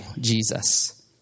Jesus